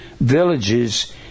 villages